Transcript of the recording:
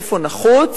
איפה נחוץ,